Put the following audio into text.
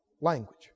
language